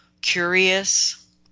curious